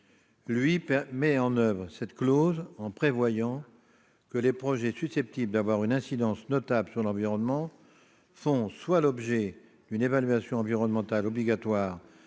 à mettre en oeuvre cette clause en prévoyant que les projets susceptibles d'avoir une incidence notable sur l'environnement font l'objet soit d'une évaluation environnementale obligatoire